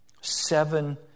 seven